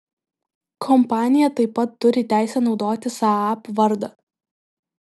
kompanija taip pat turi teisę naudoti saab vardą